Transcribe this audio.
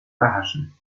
erhaschen